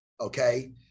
Okay